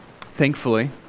thankfully